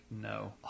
No